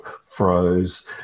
froze